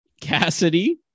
cassidy